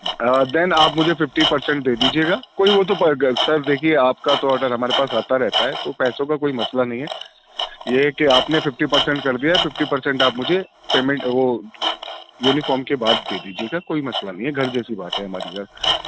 آ دین آپ مجھے ففٹی پرسینٹ دے دیجیے گا کوئی وہ تو سر دیکھیے آپ کا تو آڈر ہمارے پاس آتا رہتا ہے تو پیسوں کا کوئی مسئلہ نہیں ہے یہ ہے کہ آپ نے ففٹی پرسینٹ کر دیا ہے ففٹی پرسینٹ آپ مجھے پیمنٹ وہ یونیفام کے بعد دے دیجیے گا کوئی مسئلہ نہیں ہے گھر جیسی بات ہے ہماری سر